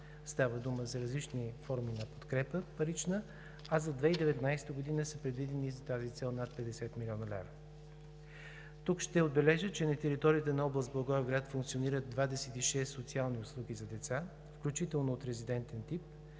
става дума за различни форми на парична подкрепа, а за 2019 г. са предвидени за тази цел над 50 млн. лв. Тук ще отбележа, че на територията на област Благоевград функционират 26 социални услуги за деца, включително от резидентен тип,